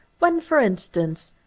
when, for instance,